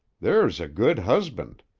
there's a good husband!